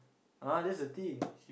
ah that's the thing